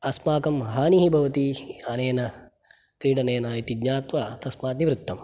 अस्माकं हानिः भवति अनेन क्रीडनेन इति ज्ञात्वा तस्मात् निवृत्तं